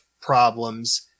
problems